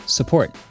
support